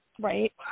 Right